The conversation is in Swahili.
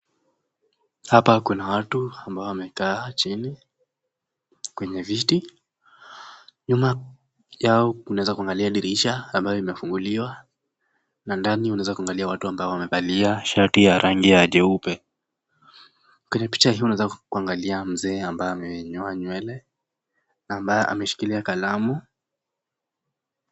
Hapa kuna watu ambao wamekaa chini kwenye viti, nyuma yao unaweza kuangalia dirisha ambayo imefunguliwa na ndani unaweza kuangalia watu ambao wamevalia shati ya rangi ya jeupe, kwenye picha hii unaweza kuangalia mzee ambaye amenyoa nywele ambaye ameshikilia kalamu.